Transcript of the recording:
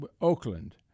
Oakland